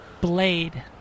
blade